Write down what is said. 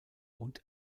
und